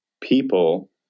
people